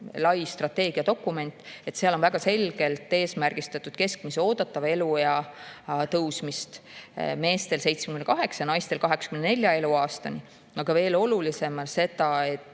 laias strateegiadokumendis on väga selgelt eesmärgistatud keskmise oodatava eluea tõusmine meestel 78 ja naistel 84 eluaastani. Aga veel olulisem on see, et